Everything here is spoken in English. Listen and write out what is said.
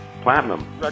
Platinum